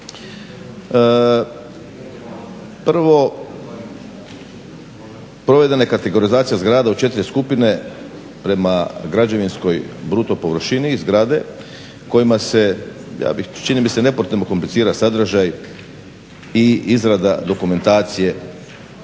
Prvo, provedena je kategorizacija zgrada u četiri skupine prema građevinskoj bruto površini zgrade kojima se ja bih, čini mi se nepotrebno komplicira sadržaj i izrada dokumentacije